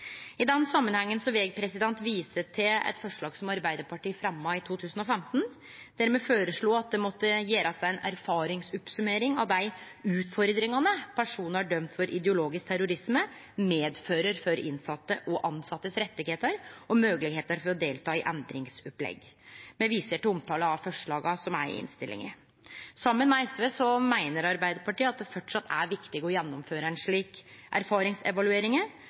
I den samanhengen vil eg vise til eit forslag som Arbeidarpartiet fremja i 2015, der me føreslo at det måtte gjerast ei erfaringsoppsummering av dei utfordringane personar dømde for ideologisk terrorisme, medfører for innsette og tilsette sine rettar og moglegheiter for å delta i endringsopplegg. Me viser til omtala av forslaga som er i innstillinga. Saman med SV meiner Arbeidarpartiet at det framleis er viktig å gjennomføre ei slik